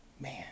Man